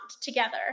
together